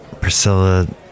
Priscilla